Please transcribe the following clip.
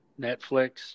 Netflix